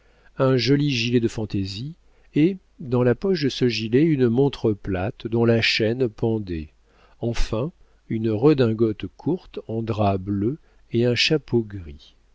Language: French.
un joli gilet de fantaisie et dans la poche de ce gilet une montre plate dont la chaîne pendait enfin une redingote courte en drap bleu et un chapeau gris